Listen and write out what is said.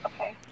Okay